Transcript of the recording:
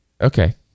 Okay